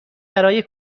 برای